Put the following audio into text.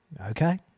Okay